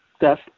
Yes